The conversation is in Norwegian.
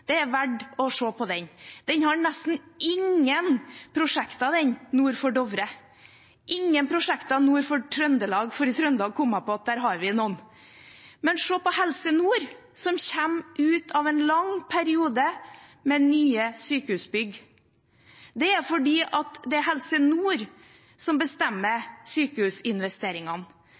det er verdt å se på den. Den har nesten ingen prosjekter nord for Dovre – ingen prosjekter nord for Trøndelag, for jeg kom på at vi har noen i Trøndelag. Men se på Helse Nord, som kommer ut av en lang periode med nye sykehusbygg. Det er fordi det er Helse Nord som bestemmer sykehusinvesteringene.